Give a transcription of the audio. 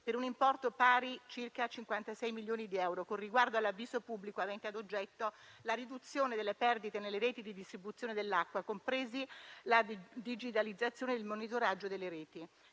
per un importo pari a circa 56 milioni di euro, con riguardo all'avviso pubblico avente ad oggetto la riduzione delle perdite nelle reti di distribuzione dell'acqua, compresi la digitalizzazione e il monitoraggio delle reti.